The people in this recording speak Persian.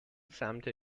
سمت